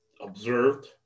observed